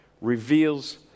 reveals